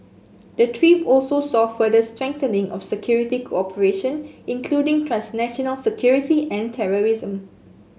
the trip also saw further strengthening of security cooperation including transnational security and terrorism